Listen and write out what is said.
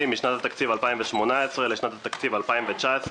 משנת התקציב 2018 לשנת התקציב 2019,